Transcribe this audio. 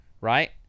right